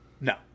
No